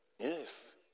Yes